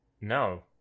no